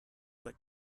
but